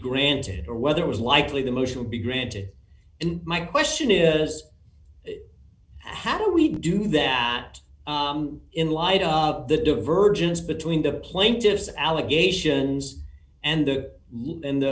granted or whether it was likely the motion would be granted and my question is how do we do that in light of the divergence between the plaintiff's allegations and the